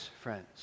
friends